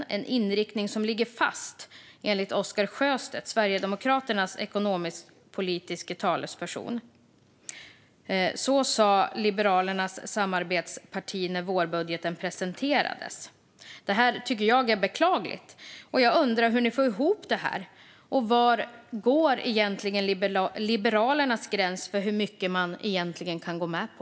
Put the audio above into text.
Det är en inriktning som ligger fast, enligt Oscar Sjöstedt, Sverigedemokraternas ekonomisk-politiska talesperson; så sa Liberalernas samarbetsparti när vårbudgeten presenterades. Det här tycker jag är beklagligt. Jag undrar hur ni får ihop detta. Var går egentligen Liberalernas gräns för hur mycket man kan gå med på?